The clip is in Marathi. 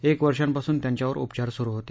एक वर्षांपासून त्यांच्यांवर उपचार सुरु होते